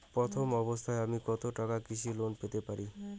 প্রথম অবস্থায় আমি কত টাকা কৃষি লোন পেতে পারি?